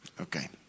Okay